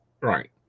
Right